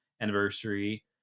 anniversary